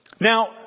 now